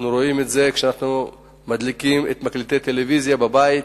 רואים את זה כשמדליקים את מקלטי הטלוויזיה בבית,